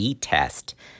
test